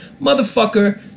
motherfucker